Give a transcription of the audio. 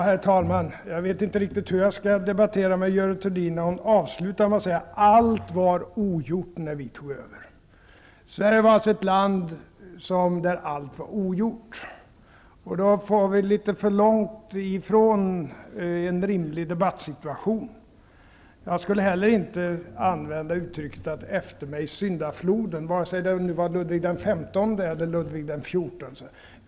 Herr talman! Jag vet inte riktigt hur jag skall debattera med Görel Thurdin. Hon avslutade med att säga: Allt var ogjort när vi tog över. Sverige var alltså ett land där allt var ogjort. Men då kommer man litet för långt bort från en rimlig debattsituation. Jag skulle inte vilja använda uttrycket ''efter mig syndafloden'', vare sig det nu var Ludvig XV eller Ludvig XIV som yttrade detta.